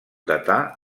datar